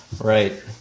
right